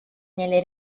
nelle